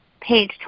page